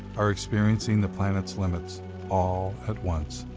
are experiencing the planet's limits all at once.